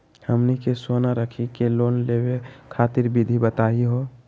हमनी के सोना रखी के लोन लेवे खातीर विधि बताही हो?